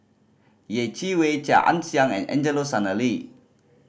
Yeh Chi Wei Chia Ann Siang and Angelo Sanelli